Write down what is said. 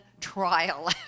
trial